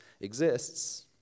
exists